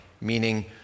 meaning